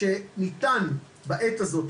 שניתן בעת הזאת,